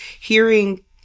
hearing